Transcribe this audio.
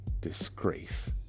disgrace